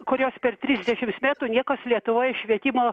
kurios per trisdešims metų niekas lietuvoje švietimo